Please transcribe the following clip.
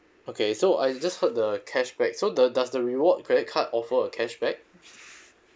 okay so I just heard the cashback so the does the reward credit card offer a cashback